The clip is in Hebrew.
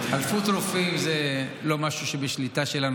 התחלפות רופאים זה לא משהו שבשליטה שלנו.